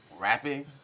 rapping